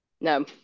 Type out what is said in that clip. No